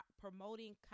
promoting